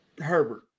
Herbert